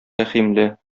рәхимле